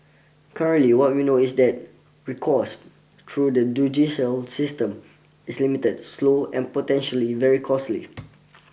currently what we know is that recourse through the judicial system is limited slow and potentially very costly